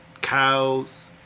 cows